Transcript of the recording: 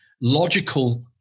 logical